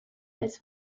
als